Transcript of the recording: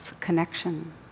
connection